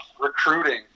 recruiting